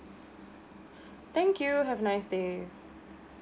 thank you have a nice day